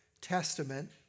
Testament